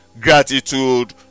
gratitude